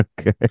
Okay